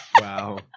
Wow